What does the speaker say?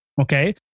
Okay